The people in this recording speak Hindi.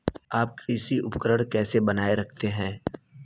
आप कृषि उपकरण कैसे बनाए रखते हैं?